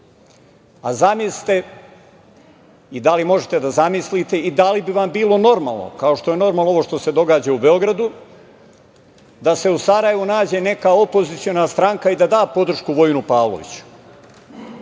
batine. Zamislite i da li možete da zamislite i da li bi vam bilo normalno, kao što je normalno ovo što se događa u Beogradu, da se u Sarajevu nađe neka opoziciona stranka i da da podršku Vojinu Pavloviću